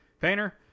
painter